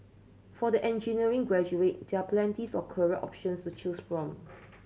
for the engineering graduate there are plenty's of career options to choose from